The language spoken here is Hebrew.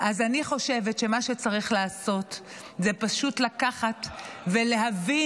אז אני חושבת שמה שצריך לעשות זה פשוט לקחת ולהבין,